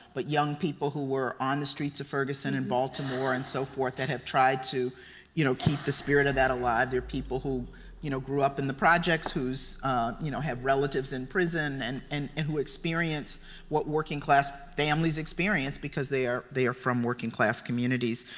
but young people who were on the streets of ferguson, in baltimore and so forth that have tried to you know keep the spirit of that alive their people who you know grew up in the projects whose you know have relatives in prison and and who experience what working class families experience because they are they are from working class communities.